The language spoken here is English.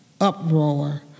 uproar